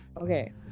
okay